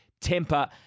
Temper